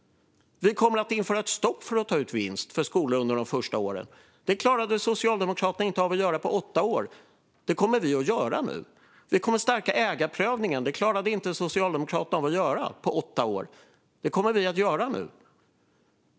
Vi kommer att införa ett stopp för att ta ut vinst för skolor under de första åren. Det klarade Socialdemokraterna inte av att göra på åtta år. Det kommer vi att göra nu. Vi kommer att stärka ägarprövningen. Det klarade Socialdemokraterna inte av att göra på åtta år. Det kommer vi att göra nu.